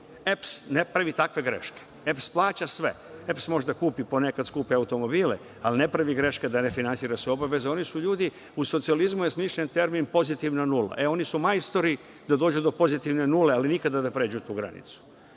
Srbije“ plaća sve. „Elektroprivreda Srbije“ može da kupi ponekad skupe automobile, ali ne pravi greške da refinansira obaveze. Oni su ljudi, u socijalizmu je smišljen termin pozitivna nula. E, oni su majstori da dođu do pozitivne nule, ali nikada da pređu tu granicu.